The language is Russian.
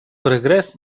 прогресс